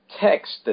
text